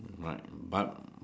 right but